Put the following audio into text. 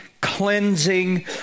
cleansing